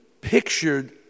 pictured